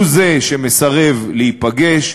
הוא זה שמסרב להיפגש,